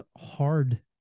hard